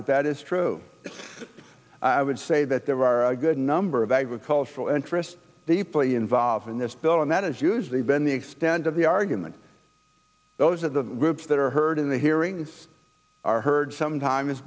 that that is true i would say that there are a good number of agricultural interests deeply involved in this bill and that is usually been the extent of the argument those of the groups that are heard in the hearings are heard sometimes